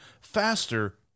faster